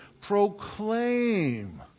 proclaim